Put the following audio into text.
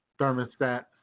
thermostat